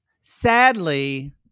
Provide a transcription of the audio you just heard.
sadly